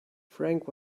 frank